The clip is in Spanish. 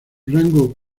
rango